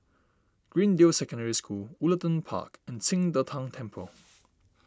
Greendale Secondary School Woollerton Park and Qing De Tang Temple